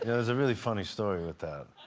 was a really funny story with that.